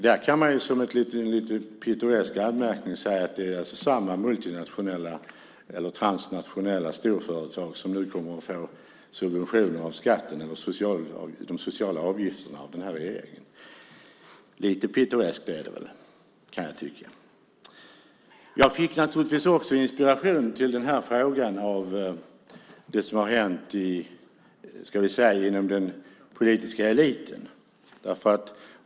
Där kan man som en liten pittoresk anmärkning säga att det alltså är samma multinationella eller transnationella storföretag som nu kommer att få subventioner av skatten eller de sociala avgifterna av den här regeringen. Lite pittoreskt är det väl, kan jag tycka. Jag fick också inspiration till den här frågan av det som har hänt, ska vi säga inom den politiska eliten.